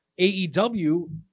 AEW